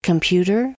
Computer